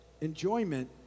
enjoyment